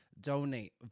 Donate